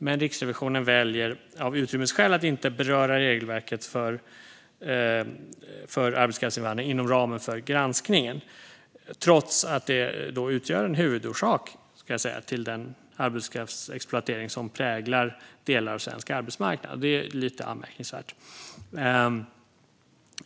Men Riksrevisionen väljer av utrymmesskäl att inte beröra regelverket för arbetskraftsinvandring inom ramen för granskningen, trots att det utgör en huvudorsak till den arbetskraftsexploatering som präglar delar av svensk arbetsmarknad. Det är lite anmärkningsvärt.